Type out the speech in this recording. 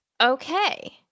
Okay